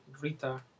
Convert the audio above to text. Rita